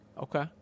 Okay